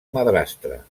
madrastra